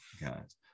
guys